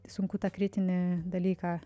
sunku tą kritinį dalyką